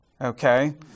Okay